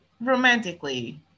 romantically